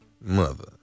mother